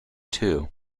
too